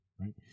Right